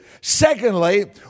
Secondly